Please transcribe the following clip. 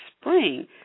spring